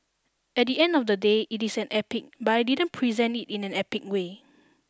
at the end of the day it is an epic but I didn't present it in an epic way